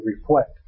reflect